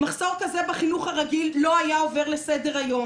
מחסור כזה בחינוך הרגיל לא היה עובר לסדר-היום.